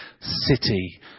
city